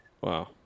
Wow